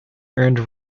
earned